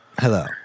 Hello